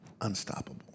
unstoppable